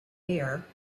air